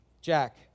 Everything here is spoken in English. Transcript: Jack